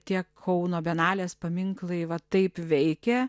tie kauno bienalės paminklai va taip veikia